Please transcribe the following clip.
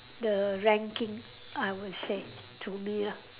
the ranking I would say to me ah